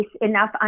enough